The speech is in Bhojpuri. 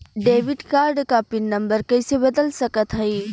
डेबिट कार्ड क पिन नम्बर कइसे बदल सकत हई?